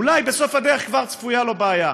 אולי בסוף הדרך כבר צפויה לו בעיה.